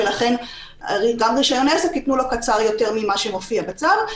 ולכן גם רישיון עסק ייתנו לו קצר יותר ממה שמופיע בצו.